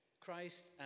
Christ